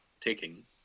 taking